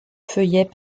feuillets